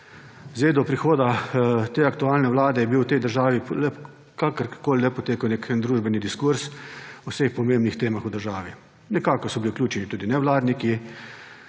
Do prihoda te aktualne vlade je v tej državi, kakorkoli, le potekal nek družbeni diskurz o vseh pomembnih temah v državi. Nekako so bili vključeni tudi nevladniki,